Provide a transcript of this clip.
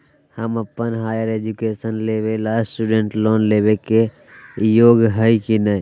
हम अप्पन higher education लेबे ला स्टूडेंट लोन लेबे के योग्य हियै की नय?